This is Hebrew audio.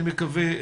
אני מקווה,